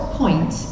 point